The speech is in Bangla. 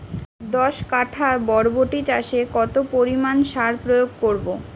দশ কাঠা বরবটি চাষে কত পরিমাণ সার প্রয়োগ করব?